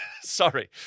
sorry